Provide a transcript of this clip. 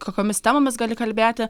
kokiomis temomis gali kalbėti